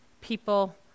people